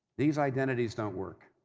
these identities don't work.